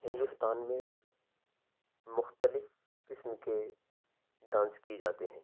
ہندوستان میں مختلف قسم کے ڈانس کئے جاتے ہیں